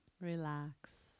relax